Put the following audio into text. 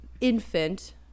infant